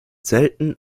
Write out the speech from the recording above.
selten